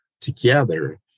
together